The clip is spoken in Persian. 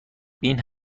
بین